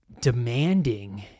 demanding